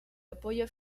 apoyo